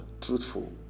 truthful